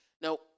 Now